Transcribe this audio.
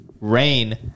rain